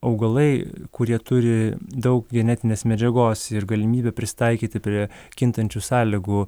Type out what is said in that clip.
augalai kurie turi daug genetinės medžiagos ir galimybę prisitaikyti prie kintančių sąlygų